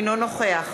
אינו נוכח